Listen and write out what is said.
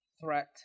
threat